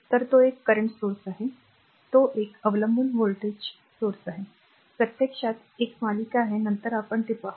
तर तो एक Current स्त्रोत आहे तो एक अवलंबून व्होल्टेज स्त्रोत आहे प्रत्यक्षात एक मालिका आहे नंतर आपण ते पाहू